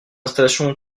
installation